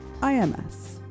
IMS